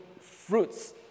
fruits